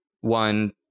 one